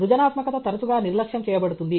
సృజనాత్మకత తరచుగా నిర్లక్ష్యం చేయబడుతుంది